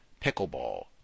pickleball